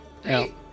Hey